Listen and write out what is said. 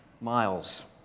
miles